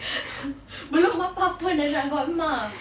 belum apa-apa dah nak godma